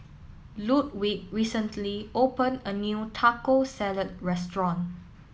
Ludwig recently opened a new Taco Salad Restaurant